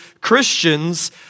Christians